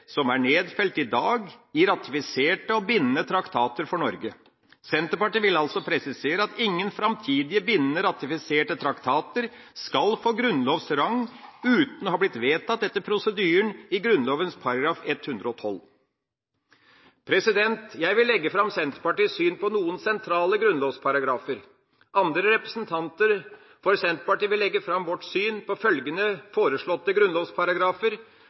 som er nedfelt i dag i ratifiserte og bindende traktater for Norge. Senterpartiet vil altså presisere at ingen framtidige, bindende ratifiserte traktater skal få grunnlovs rang uten å ha blitt vedtatt etter prosedyren i Grunnloven § 112. Jeg vil legge fram Senterpartiets syn på noen sentrale grunnlovsparagrafer. Andre representanter for Senterpartiet vil legge fram vårt syn på følgende foreslåtte grunnlovsparagrafer: